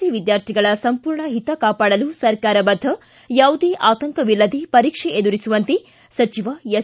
C ವಿದ್ಯಾರ್ಥಿಗಳ ಸಂಪೂರ್ಣ ಹಿತ ಕಾಪಾಡಲು ಸರ್ಕಾರ ಬದ್ದ ಯಾವುದೇ ಆತಂಕವಿಲ್ಲದೆ ಪರೀಕ್ಷೆ ಎದುರಿಸುವಂತೆ ಸಚಿವ ಎಸ್